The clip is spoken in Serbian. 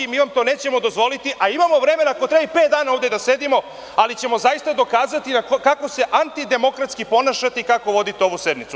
Mi vam to nećemo dozvoliti, a imamo vremena ako treba i pet dana ovde da sedimo, ali ćemo zaista dokazati kako se antidemokratski ponašate i kako vodite ovu sednicu.